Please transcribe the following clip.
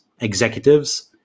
executives